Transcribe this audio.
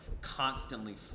constantly